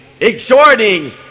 exhorting